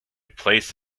placed